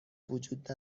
وجود